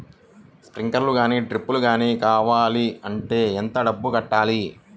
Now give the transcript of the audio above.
Sprinkler కానీ డ్రిప్లు కాని కావాలి అంటే ఎంత డబ్బులు కట్టాలి?